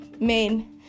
main